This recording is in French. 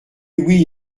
oui